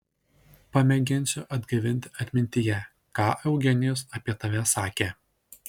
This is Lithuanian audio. pamėginsiu atgaivinti atmintyje ką eugenijus apie tave sakė